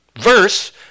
verse